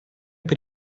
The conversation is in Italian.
per